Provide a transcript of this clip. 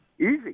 Easy